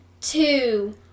two